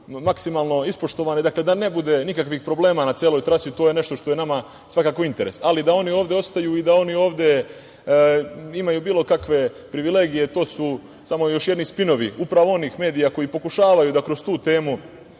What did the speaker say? da ne bude nikakvih problema na celoj trasi. To je nešto što je nama interes, ali da oni ovde ostaju i da oni ovde imaju bilo kakve privilegije, to su samo još jedni spinovi upravo onih medija koji pokušavaju da kroz tu temu